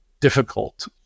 difficult